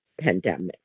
pandemic